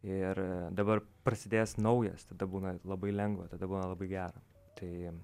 ir dabar prasidės naujas tada būna labai lengva tada buvo labai gera tai